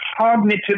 cognitive